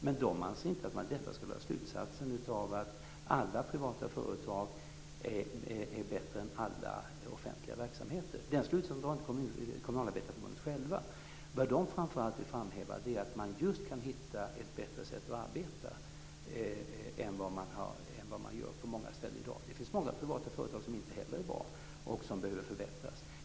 Men de anser inte att man av detta skall dra slutsatsen att alla privata företag är bättre än alla offentliga verksamheter. Den slutsatsen drar inte Kommunalarbetareförbundet självt. Vad man där framför allt vill framhäva är att det går att hitta ett bättre sätt att arbeta än vad som görs på många ställen i dag. Det finns ju också många privata företag som inte är bra och som behöver förbättras.